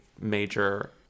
major